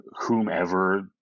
whomever